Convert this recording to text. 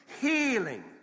healing